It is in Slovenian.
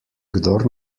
kdor